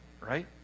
right